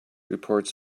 reports